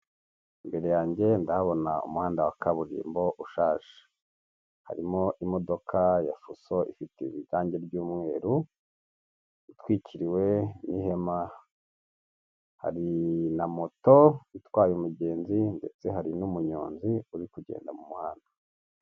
Imbere yanjye ndahabona umuhanda wa kaburimbo ushaje, harimo imodoka ya fuso ifite irangi ry'umweru, itwikiriwe n'ihema, hari na moto itwaye umugenzi ndetse hari n'umuyonzi uri kugenda mu muhanda.